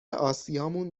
آسیامون